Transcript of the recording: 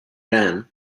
dame